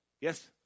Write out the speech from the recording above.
Yes